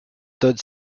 stood